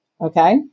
Okay